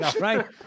Right